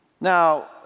Now